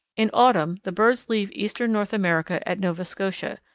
in autumn the birds leave eastern north america at nova scotia,